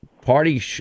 party